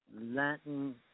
Latin